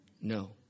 No